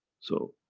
so.